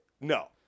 No